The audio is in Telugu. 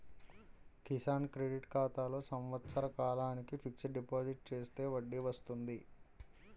కిసాన్ క్రెడిట్ ఖాతాలో సంవత్సర కాలానికి ఫిక్స్ డిపాజిట్ చేస్తే వడ్డీ వస్తుంది